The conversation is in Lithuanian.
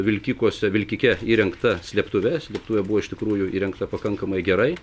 vilkikuose vilkike įrengta slėptuve slėptuvė buvo iš tikrųjų įrengta pakankamai gerai